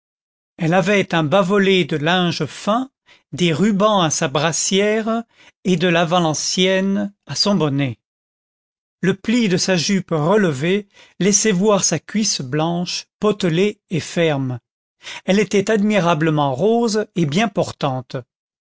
elle avait un bavolet de linge fin des rubans à sa brassière et de la valenciennes à son bonnet le pli de sa jupe relevée laissait voir sa cuisse blanche potelée et ferme elle était admirablement rose et bien portante